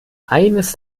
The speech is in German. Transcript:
eines